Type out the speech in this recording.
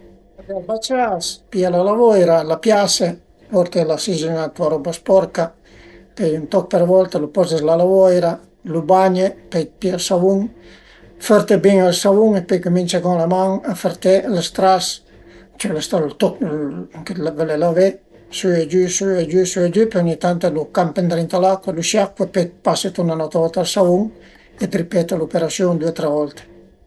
Vade al bacias, pìe la lavoira, la piase, porte la sigilinà dë tua roba sporca, pöi ën toch për volta lu poze s'la lavoira, lu bagne, pöi pìe ël savun, fërte bin ël savun e pöi cumince cun la man a fërté lë stras, ël toch che völe lavé, sü e giü, sü e giü, sü e giü, pöi ogni tant lu campe ëndrinta a l'acua, lu sciacue, pöi pase ün autra volta ël savun e ripete l'uperasiun due o tre volte